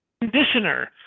conditioner